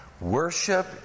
Worship